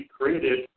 created